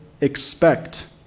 expect